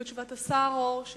3. מה ייעשה כדי לטפל בעתיד בעניין?